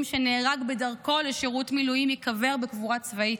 שנהרג בדרכו לשירות מילואים ייקבר בקבורה צבאית,